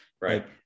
Right